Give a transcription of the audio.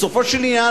בסופו של עניין,